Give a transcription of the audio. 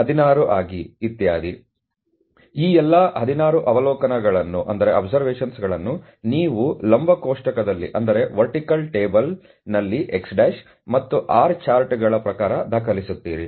ಆದ್ದರಿಂದ ಈ ಎಲ್ಲಾ 16 ಅವಲೋಕನಗಳನ್ನು ನೀವು ಲಂಬ ಕೋಷ್ಟಕದಲ್ಲಿ X' ಮತ್ತು R ಚಾರ್ಟ್ಗಳ ಪ್ರಕಾರ ದಾಖಲಿಸುತ್ತೀರಿ